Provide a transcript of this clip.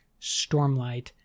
Stormlight